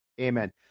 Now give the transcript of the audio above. amen